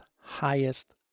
highest